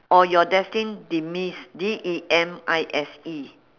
or your destined demise D E M I S E